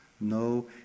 no